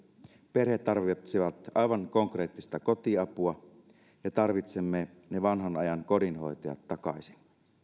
perheet tarvitsevat aivan konkreettista kotiapua ja tarvitsemme vanhanajan kodinhoitajat takaisin